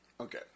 Okay